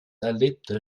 erlebte